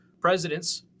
Presidents